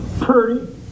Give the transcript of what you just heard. Purdy